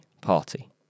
Party